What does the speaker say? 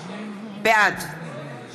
בעד